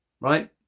right